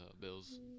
Bills